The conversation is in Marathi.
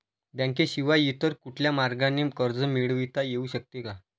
बँकेशिवाय इतर कुठल्या मार्गाने कर्ज मिळविता येऊ शकते का?